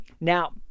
now